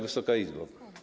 Wysoka Izbo!